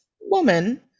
woman